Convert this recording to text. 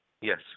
Yes